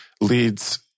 leads